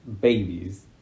babies